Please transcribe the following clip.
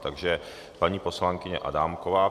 Takže paní poslankyně Adámková.